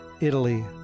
Italy